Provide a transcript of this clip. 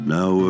Now